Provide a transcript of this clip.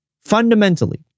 Fundamentally